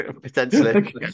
potentially